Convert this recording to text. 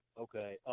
Okay